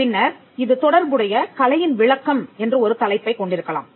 பின்னர் இது தொடர்புடைய கலையின் விளக்கம் என்று ஒரு தலைப்பைக் கொண்டிருக்கலாம்